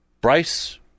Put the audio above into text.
Bryce